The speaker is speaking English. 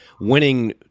winning